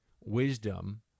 wisdom—